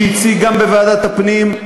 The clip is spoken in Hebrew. שהציג בוועדת הפנים,